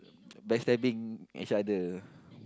backstabbing each other